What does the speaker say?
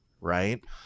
right